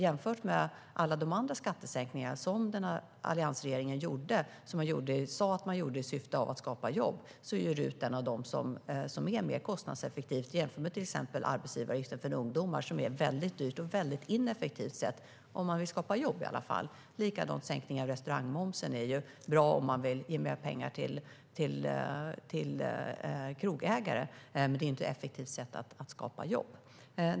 Jämfört med alla de andra skattesänkningarna alliansregeringen gjorde - och som man sa att man gjorde i syfte att skapa jobb - är RUT den som är mer kostnadseffektiv. Jämför med till exempel arbetsgivaravgiften för ungdomar! Det är väldigt dyrt och ineffektivt, i alla fall om man vill skapa jobb. Detsamma gäller sänkningen av restaurangmomsen; den är bra om man vill ge mer pengar till krogägare, men det är inte ett effektivt sätt att skapa jobb.